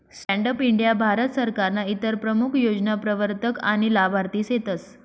stand up India Bharat सरकारनं इतर प्रमूख योजना प्रवरतक आनी लाभार्थी सेतस